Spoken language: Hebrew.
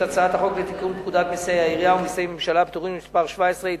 הצעת חוק לתיקון פקודת מסי העירייה ומסי הממשלה (פטורין) (מס' 17),